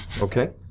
Okay